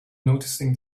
noticing